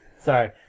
Sorry